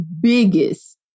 biggest